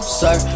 sir